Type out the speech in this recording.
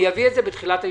אביא את זה בתחילת הישיבה.